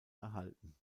erhalten